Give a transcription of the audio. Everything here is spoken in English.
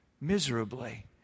miserably